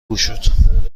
گشود